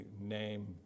name